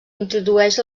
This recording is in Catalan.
introdueix